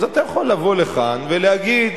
אז אתה יכול לבוא לכאן ולהגיד,